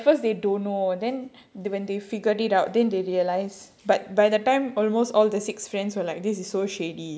ya exactly so but at first they don't know then they when they figured it out then they realised but by the time almost all the six friends were like this is so shady